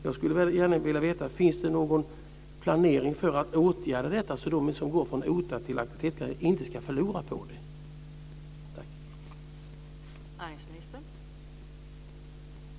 Jag skulle gärna vilja veta om det finns någon planering för att se till att de som går från OTA till aktivitetsgaranti inte ska förlora på detta.